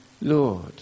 Lord